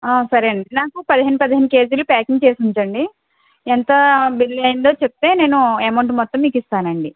సరే అండి నాకు పదిహేను పదిహేను కేజీలు ప్యాకింగ్ చేసి ఉంచండి ఎంత బిల్ అయ్యిందో చెబితే నేను అమౌంట్ మొత్తం మీకు ఇస్తానండి